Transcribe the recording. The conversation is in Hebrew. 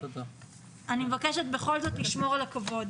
אני מבקשת לשמור על הכבוד.